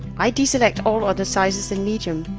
i deselect all other sizes than medium.